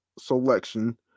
Selection